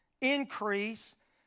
increase